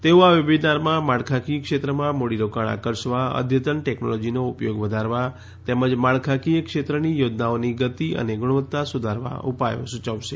તેઓ આ વેબીનારમાં માળખાકીય ક્ષેત્રમાં મૂડીરોકાણ આકર્ષવા અદ્યતન ટેકનોલોજીનો ઉપયોગ વધારવા તેમજ માળખાકીય ક્ષેત્રની યોજનાઓની ગતિ અને ગુણવત્તા સુધારવા ઉપાયો સુચવશે